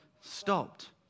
stopped